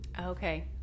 Okay